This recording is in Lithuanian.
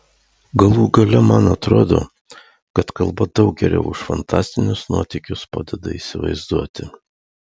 galų gale man atrodo kad kalba daug geriau už fantastinius nuotykius padeda įsivaizduoti